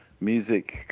music